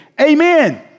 Amen